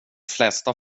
flesta